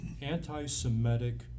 Anti-Semitic